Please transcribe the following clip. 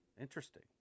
Interesting